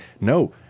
no